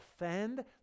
offend